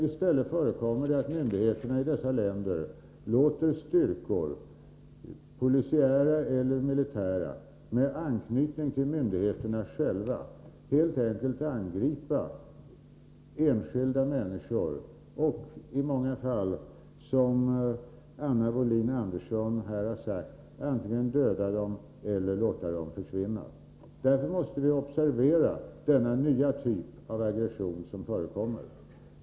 I stället förekommer det att myndigheterna i dessa länder har styrkor — polisiära eller militära — med anknytning till myndigheterna själva, som helt enkelt får angripa enskilda människor och i många fall, som Anna Wohlin-Andersson här har sagt, antingen döda dem eller låta dem försvinna. Vi måste därför observera att denna nya typ av aggression förekommer.